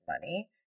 money